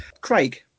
Craig